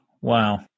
Wow